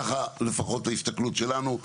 ככה לפחות ההסתכלות שלנו.